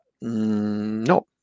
No